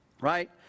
Right